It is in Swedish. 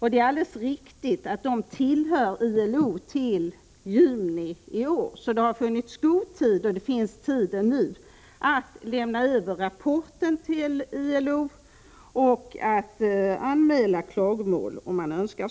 Det är alldeles riktigt att Vietnam tillhör ILO till juni i år, så det har funnits gott om tid och det finns ännu tid att lämna över rapporten till ILO och anmäla klagomål, om man så önskar.